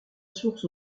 source